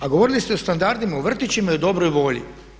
A govorili ste o standardima u vrtićima i o dobroj volji.